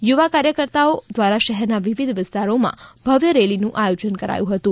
યુવા કાર્યકર્તાઓ દ્વારા શહેરના વિવિધ વિસ્તારોમાં ભવ્ય રેલીનું આયોજન કરાયું હતું